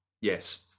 Yes